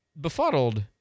befuddled